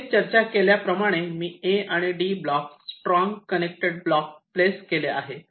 मागे चर्चा केल्याप्रमाणे मी A आणि D block strong connected block place केले आहेत